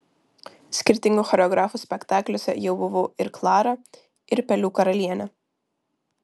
skirtingų choreografų spektakliuose jau buvau ir klara ir pelių karalienė